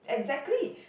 exactly